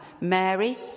Mary